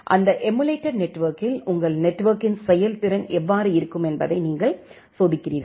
அந்த எமுலேடெட் நெட்வொர்க்கில் உங்கள் நெட்வொர்க்கின் செயல்திறன் எவ்வாறு இருக்கும் என்பதை நீங்கள் சோதிக்கிறீர்கள்